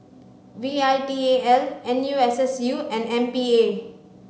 V I T A L N U S S U and M P A